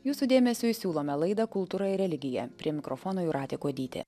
jūsų dėmesiui siūlome laidą kultūra ir religija prie mikrofono jūratė kuodytė